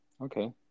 Okay